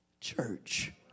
church